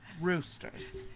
Roosters